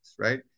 Right